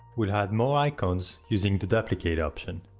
we add more icons using the duplicate option.